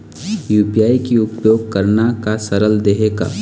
UPI के उपयोग करना का सरल देहें का?